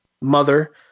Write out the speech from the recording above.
Mother